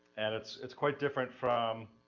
and it's it's quite different from